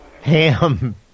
Ham